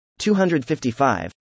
255